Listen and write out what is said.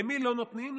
למי לא נותנים?